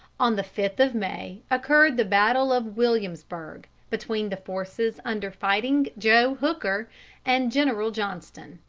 on the fifth of may occurred the battle of williamsburg, between the forces under fighting joe hooker and general johnston.